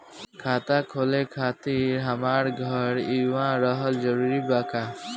खाता खोले खातिर हमार घर इहवा रहल जरूरी बा का?